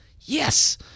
Yes